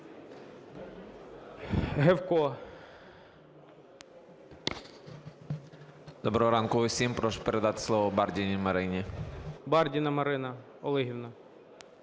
Доброго ранку усім. Прошу передати слово Бардіній Марині. ГОЛОВУЮЧИЙ. Бардіна Марина Олегівна.